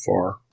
far